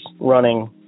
running